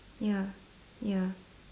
ya ya